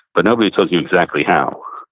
but nobody tells you exactly how.